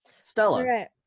Stella